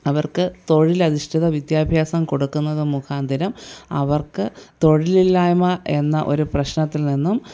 അവർക്ക് തൊഴിലതിഷ്ഠിത വിദ്യാഭ്യാസം കൊടുക്കുന്നത് മുഖാന്തിരം അവർക്ക് തൊഴിലില്ലായിമ എന്ന ഒരു പ്രശ്നത്തിൽ നിന്നും